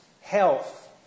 health